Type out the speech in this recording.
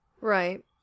Right